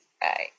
Bye